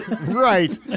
Right